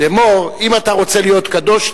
לאמור: אם אתה רוצה להיות קדוש,